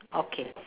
okay